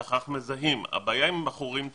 הבעיה עם בחורים צעירים,